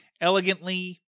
elegantly